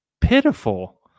pitiful